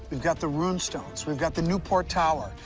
we've got the rune stones. we've got the newport tower.